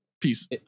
Peace